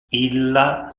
illa